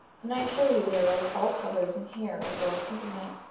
and i assure you they are of all colors in hair as well as temperament.